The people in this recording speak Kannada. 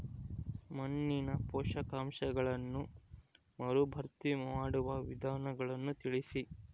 ಮಣ್ಣಿನ ಪೋಷಕಾಂಶಗಳನ್ನು ಮರುಭರ್ತಿ ಮಾಡುವ ವಿಧಾನಗಳನ್ನು ತಿಳಿಸಿ?